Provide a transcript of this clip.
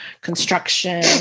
construction